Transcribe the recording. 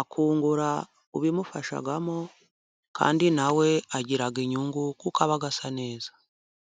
akungura ubimufashagamo, kandi na we agira inyungu kuko aba asa neza.